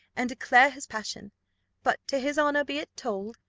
and declare his passion but to his honour be it told,